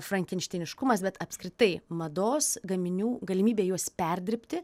frankenšteiniškumas bet apskritai mados gaminių galimybė juos perdirbti